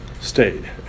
stayed